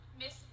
miss